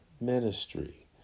ministry